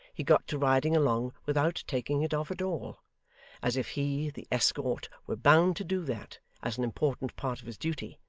he got to riding along without taking it off at all as if he, the escort, were bound to do that as an important part of his duty,